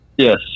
Yes